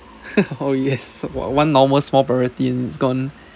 oh yes one normal small property and it's gone